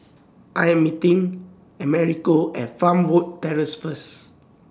I Am meeting Americo At Fernwood Terrace First